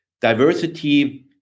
diversity